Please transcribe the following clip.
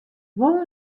wol